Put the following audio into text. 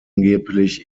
angeblich